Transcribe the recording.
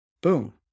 Boom